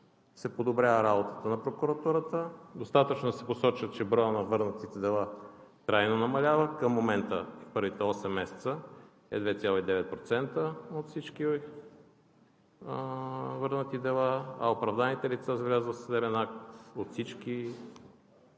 се подобрява работата на прокуратурата. Достатъчно се посочва, че броят на върнатите дела трайно намалява към момента – в първите осем месеца е 2,9% от всички върнати дела, а оправданите лица с влязъл съдебен